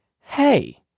hey